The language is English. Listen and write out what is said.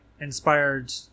inspired